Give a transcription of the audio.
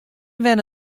wenne